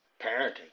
Parenting